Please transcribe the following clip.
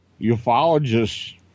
ufologists